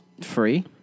Free